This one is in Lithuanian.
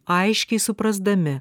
aiškiai suprasdami